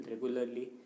regularly